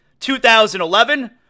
2011